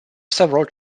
several